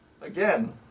Again